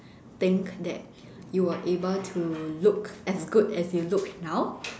think that you were able to look as good as you look now